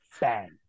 Bang